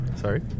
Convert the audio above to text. sorry